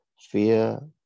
Fear